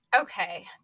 Okay